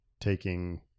taking